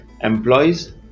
Employees